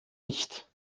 nicht